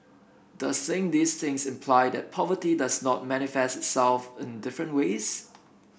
does saying these things imply that poverty does not manifest itself in different ways